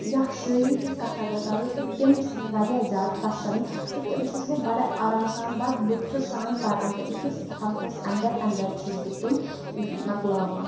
یا شعٲرِی ہٕنٛز کَتھ اگر کَرو تہٕ تِم چھِ مےٚ واریاہ زیادٕ پَسَند تہٕ تِم چھَس بہٕ بَڈٕ آرام سان بَڑٕ لُطفہٕ سان پَران تہٕ أکِس ہَفتَس اندر اندَر چھَس بہٕ تِم مۄکلاوان